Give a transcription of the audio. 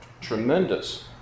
tremendous